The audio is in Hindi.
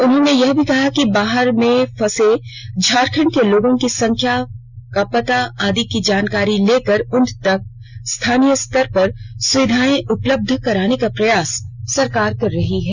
उन्होंने यह भी कहा कि बाहर में फसे झारखंड के लोगों की संख्या पता आदि की जानकारी लेकर उनतक स्थानीय स्तर पर सुविधाएं उपलब्ध कराने का प्रयास सरकार कर रही है